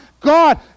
God